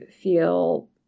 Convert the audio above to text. feel